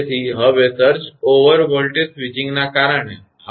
તેથી હવે surge over voltage સ્વિચિંગના કારણો